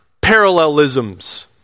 parallelisms